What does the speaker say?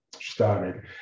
started